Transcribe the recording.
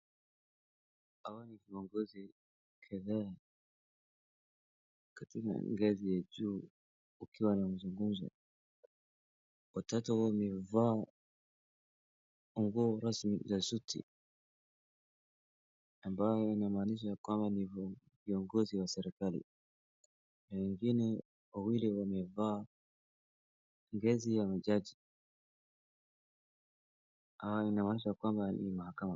Hawa ni viongozi kadhaa katika ngazi ya juu wakiwa na mazungumzo. Watatu wamevaa nguo rasmi za suti ambayo inamaanisha ya kwamba ni viongozi wa serikali na wengine wawili wamevaa mavazi ya majaji, inamaanisha ya kwamba ni.